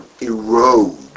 erode